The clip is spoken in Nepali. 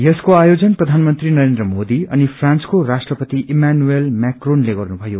यसको आयोजन प्रधानमंत्री नरेन्द्र मोदी अनि फ्रान्सको राष्ट्रपति इनैनुअल मैक्रोनले गर्नुभयो